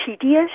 tedious